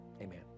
Amen